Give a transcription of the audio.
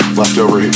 leftover